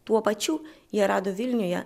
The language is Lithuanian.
tuo pačiu jie rado vilniuje